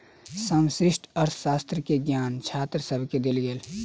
समष्टि अर्थशास्त्र के ज्ञान छात्र सभके देल गेल